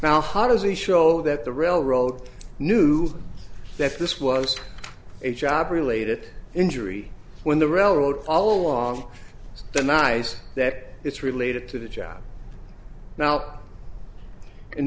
now how does he show that the railroad knew that this was a job related injury when the railroad all along the nice that it's related to the job now